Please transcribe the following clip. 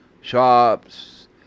shops